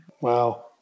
Wow